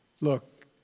Look